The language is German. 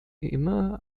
immer